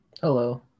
Hello